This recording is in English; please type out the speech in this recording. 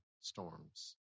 storms